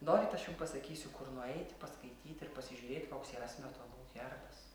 norit aš jums pasakysiu kur nueit paskaityt ir pasižiūrėt koks yra smetonų herbas